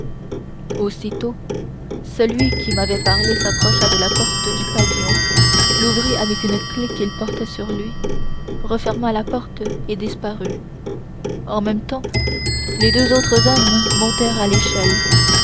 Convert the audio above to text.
aussitôt celui qui m'avait parlé s'approcha de la porte du pavillon l'ouvrit avec une clef qu'il portait sur lui referma la porte et disparut en même temps les deux autres hommes montèrent à l'échelle